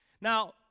Now